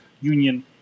union